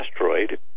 asteroid